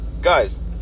Guys